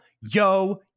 yo